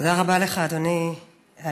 תודה רבה לך, אדוני היושב-ראש.